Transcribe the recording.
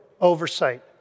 oversight